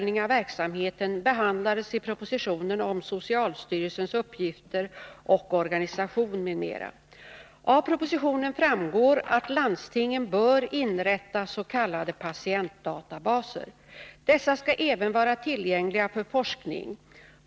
nen om socialstyrelsens uppgifter och organisation m.m. Av propositionen framgår att landstingen bör inrätta s.k. patientdatabaser. Dessa skall även vara tillgängliga för forskning.